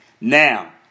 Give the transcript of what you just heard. Now